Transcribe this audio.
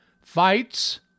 fights